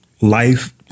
life